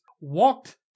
walked